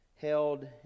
Held